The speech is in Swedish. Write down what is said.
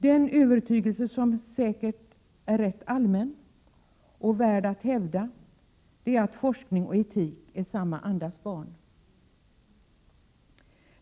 Den övertygelse som säkert är rätt allmän och värd att hävda är att forskning och etik är samma andas barn.